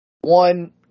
One